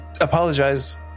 apologize